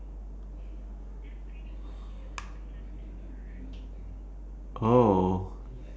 oh